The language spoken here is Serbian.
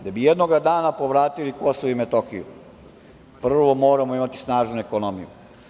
Da bi jednoga dana povratili KiM, prvo, moramo imati snažnu ekonomiju.